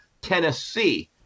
Tennessee